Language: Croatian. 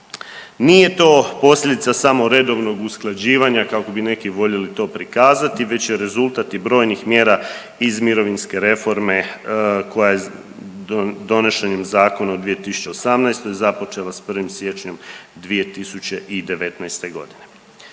Nije to posljedica samo redovnog usklađivanja kako bi neki voljeli to prikazati već je rezultat i brojnih mjera iz mirovinske reforme koja je donošenjem zakona u 2018. započela s 1. siječnjem 2019.g.